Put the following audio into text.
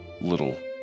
little